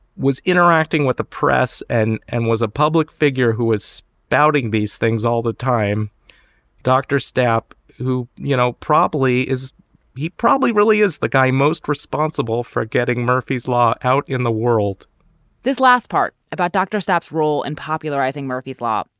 was interacting with the press and and was a public figure who was doubting these things all the time dr. stamp, who, you know, probably is he probably really is the guy most responsible for getting murphy's law out in the world this last part about dr. stop's role in and popularizing murphy's law.